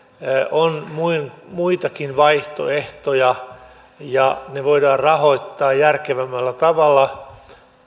on muitakin vaihtoehtoja ja palveluiden tuottaminen voidaan rahoittaa järkevämmällä tavalla